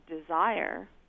desire